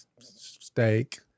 steak